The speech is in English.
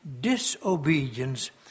disobedience